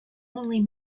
only